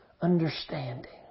understanding